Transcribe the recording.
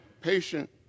patient